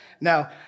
Now